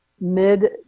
mid